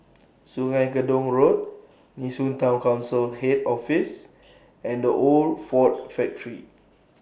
Sungei Gedong Road Nee Soon Town Council Head Office and The Old Ford Factory